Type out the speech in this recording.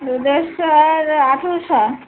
দুধেশ্বর আঠেরোশো